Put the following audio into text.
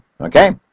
okay